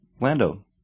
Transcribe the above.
Lando